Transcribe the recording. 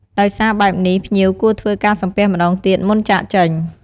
ដោយសារបែបនេះ ភ្ញៀវគួរធ្វើការសំពះម្តងទៀត មុនចាកចេញ។